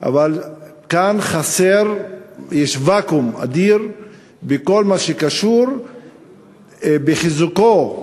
שיש כאן ואקום אדיר בכל מה שקשור בחיזוקו,